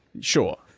sure